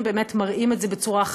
בבקשה, גברתי.